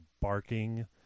barking